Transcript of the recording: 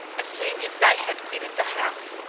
as soon as they had quitted the house,